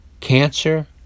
Cancer